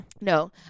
No